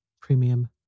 Premium